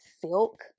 silk